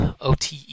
OTE